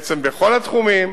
בעצם בכל התחומים,